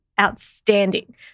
outstanding